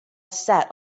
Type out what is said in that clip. sat